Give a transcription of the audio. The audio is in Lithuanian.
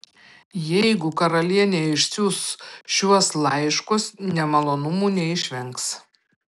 jeigu karalienė išsiųs šiuos laiškus nemalonumų neišvengs